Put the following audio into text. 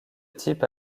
type